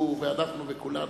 הוא, ואנחנו וכולנו.